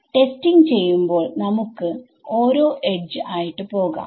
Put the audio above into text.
testing ചെയ്യുമ്പോൾ നമുക്ക് ഓരോ എഡ്ജ് ആയിട്ട് പോകാം